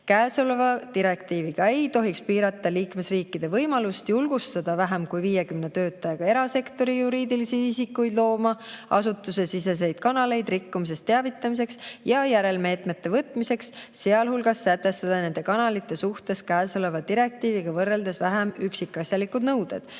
Käesoleva direktiiviga ei tohiks piirata liikmesriikide võimalust julgustada vähem kui 50 töötajaga erasektori juriidilisi isikuid looma asutusesiseseid kanaleid rikkumisest teavitamiseks ja järelmeetmete võtmiseks, sealhulgas sätestades nende kanalite suhtes käesoleva direktiiviga võrreldes vähem üksikasjalikud nõuded,